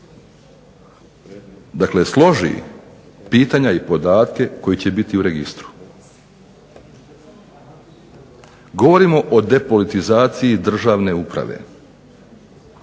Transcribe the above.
da složi pitanja i podatke koji će biti u registru. Govorimo o depolitizaciji državne uprave